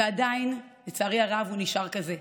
ועדיין לצערי הרב הוא נשאר כזה.